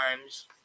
times